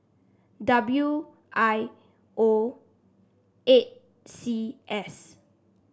W I O eight C S